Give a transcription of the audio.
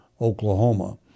Oklahoma